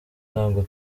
ntabwo